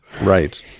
Right